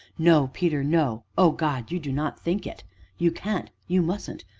no, peter, no oh, god you do not think it you can't you mustn't.